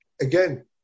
again